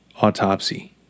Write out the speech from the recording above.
autopsy